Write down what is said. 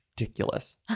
ridiculous